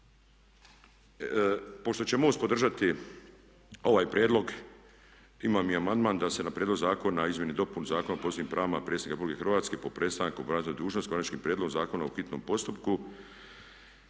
Pošto će MOST podržati ovaj prijedlog, imam i amandman da se na prijedlog zakona o izmjeni i dopuni Zakona o posebnim pravima predsjednika RH po prestanku obavljanja dužnosti, Konačni prijedlog zakona u hitnom postupku,